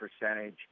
percentage